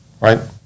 Right